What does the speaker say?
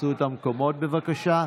תפסו את המקומות, בבקשה.